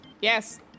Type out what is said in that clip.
yes